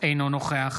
אינו נוכח